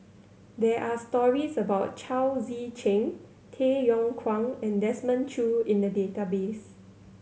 there are stories about Chao Tzee Cheng Tay Yong Kwang and Desmond Choo in the database